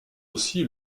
aussi